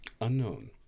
Unknown